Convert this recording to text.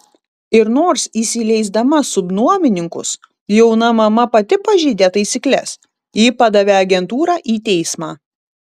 ir nors įsileisdama subnuomininkus jauna mama pati pažeidė taisykles ji padavė agentūrą į teismą